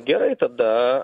gerai tada